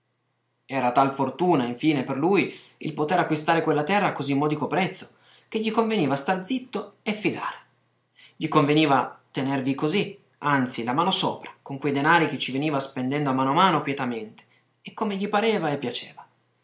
era tal fortuna infine per lui il potere acquistar quella terra a così modico prezzo che gli conveniva star zitto e fidare gli conveniva tenervi così anzi la mano sopra con quei denari che ci veniva spendendo a mano a mano quietamente e come gli pareva e piaceva